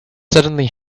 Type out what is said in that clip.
suddenly